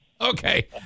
Okay